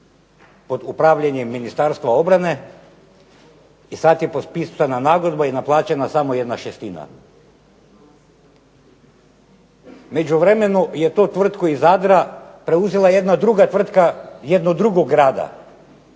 pod upravljanjem Ministarstva obrane i sada je potpisana nagodba i naplaćena samo jedna šestina. U međuvremenu je tu tvrtku iz Zadra preuzela jedna druga tvrtka jednog drugog grada,